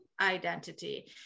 identity